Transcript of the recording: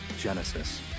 Genesis